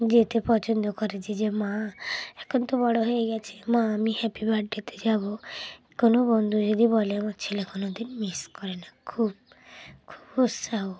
যেতে পছন্দ করেছি যে মা এখন তো বড়ো হয়ে গেছি মা আমি হ্যাপি বার্থডেতে যাবো কোনো বন্ধু যদি বলে আমার ছেলে কোনোদিন মিস করে না খুব খুব উৎসাহ